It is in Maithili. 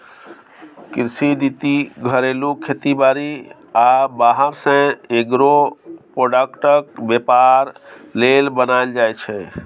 कृषि नीति घरेलू खेती बारी आ बाहर सँ एग्रो प्रोडक्टक बेपार लेल बनाएल जाइ छै